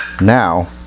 now